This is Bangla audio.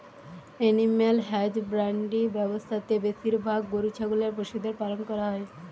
এনিম্যাল হ্যাজব্যান্ড্রি ব্যবসা তে বেশিরভাগ গরু ছাগলের পশুদের পালন করা হই